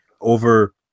over